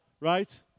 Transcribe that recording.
right